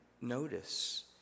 notice